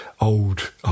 old